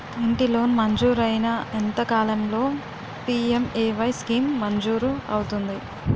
ఇంటి లోన్ మంజూరైన ఎంత కాలంలో పి.ఎం.ఎ.వై స్కీమ్ మంజూరు అవుతుంది?